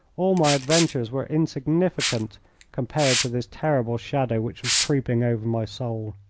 all my adventures were insignificant compared to this terrible shadow which was creeping over my soul.